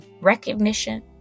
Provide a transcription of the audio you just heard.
recognition